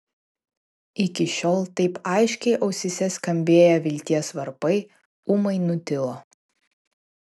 iki šiol taip aiškiai ausyse skambėję vilties varpai ūmai nutilo